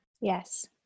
Yes